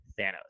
Thanos